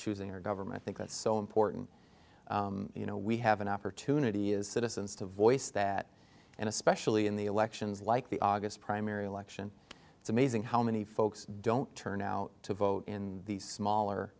choosing our government think that's so important you know we have an opportunity as citizens to voice that and especially in the elections like the august primary election it's amazing how many folks don't turn out to vote in these smaller